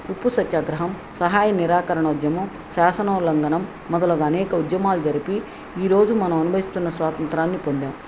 ఉప్పు సత్యాగ్రహం సహాయ నిరాకరణ ఉద్యమం శాసన ఉల్లంఘనం మొదలగు అనేక ఉద్యమాలు జరిపి ఈరోజు మనం అనుభవిస్తున్న స్వాతంత్రాన్ని పొందాం